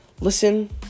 Listen